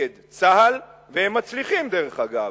נגד צה"ל, והם מצליחים דרך אגב.